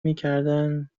میکردن